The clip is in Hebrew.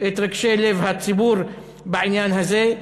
את רגשי לב הציבור בעניין הזה.